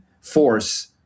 force